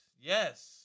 Yes